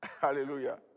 Hallelujah